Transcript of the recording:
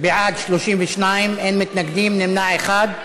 בעד, 32, אין מתנגדים, נמנע אחד.